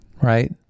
Right